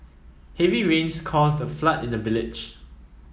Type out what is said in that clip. heavy rains caused a flood in the village